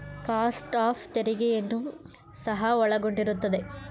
cost of ತೆರಿಗೆಯನ್ನು ಸಹ ಒಳಗೊಂಡಿರುತ್ತದೆ